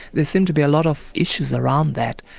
there seem to be a lot of issues around that,